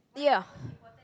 yeah